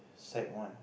sec one